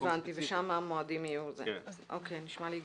נשמע לי הגיוני.